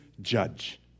judge